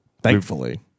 thankfully